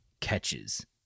catches